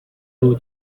blue